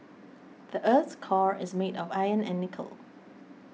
the earth's core is made of iron and nickel